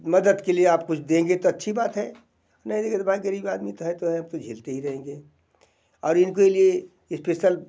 मदद के लिए आप कुछ देंगे तो अच्छी बात है नहीं देंगें तो भाई ग़रीब आदमी तो है तो है अब तो झेलते ही रेहेंगे और इनके लिए इस्पेसल